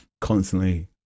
constantly